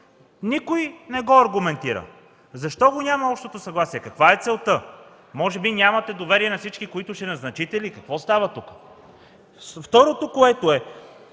Никой не го аргументира. Защо го няма общото съгласие, каква е целта? Може би нямате доверие на всички, които ще назначите ли, какво става тук? Второ, вкарва се